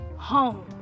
home